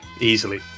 easily